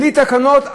בלי תקנות,